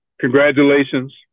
congratulations